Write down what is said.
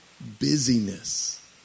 busyness